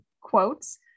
quotes